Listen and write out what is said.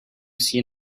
seen